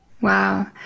Wow